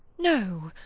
no,